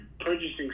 purchasing